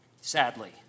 sadly